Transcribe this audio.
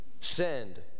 Send